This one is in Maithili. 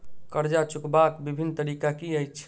कर्जा चुकबाक बिभिन्न तरीका की अछि?